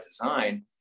design